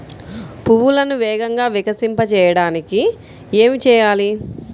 పువ్వులను వేగంగా వికసింపచేయటానికి ఏమి చేయాలి?